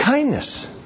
Kindness